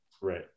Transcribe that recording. Right